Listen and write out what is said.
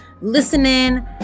listening